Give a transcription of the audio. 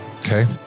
Okay